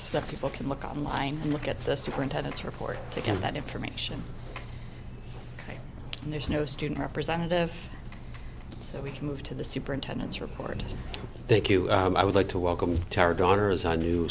stuff people can look online and look at the superintendents report to get that information and there's no student representative so we can move to the superintendent's report thank you i would like to welcome